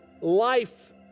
life